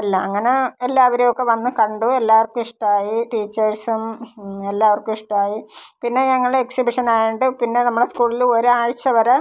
എല്ലാം അങ്ങനെ എല്ലാവരും ഒക്കെ വന്ന് കണ്ടു എല്ലാവർക്കും ഇഷ്ടമായി ടീച്ചേഴ്സും എല്ലാവർക്കും ഇഷ്ടമായി പിന്നെ ഞങ്ങൾ എക്സിബിഷനായിട്ട് പിന്നെ നമ്മളെ സ്കൂളിൽ ഒരാഴ്ച വരെ